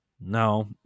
no